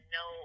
no